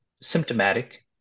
symptomatic